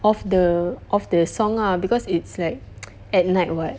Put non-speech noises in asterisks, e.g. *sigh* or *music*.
off the off the song ah because it's like *noise* at night [what]